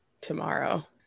tomorrow